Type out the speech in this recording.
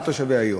לתושבי העיר.